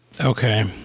Okay